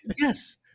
yes